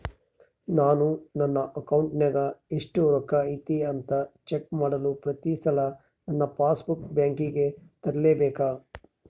ನಾನು ನನ್ನ ಅಕೌಂಟಿನಾಗ ಎಷ್ಟು ರೊಕ್ಕ ಐತಿ ಅಂತಾ ಚೆಕ್ ಮಾಡಲು ಪ್ರತಿ ಸಲ ನನ್ನ ಪಾಸ್ ಬುಕ್ ಬ್ಯಾಂಕಿಗೆ ತರಲೆಬೇಕಾ?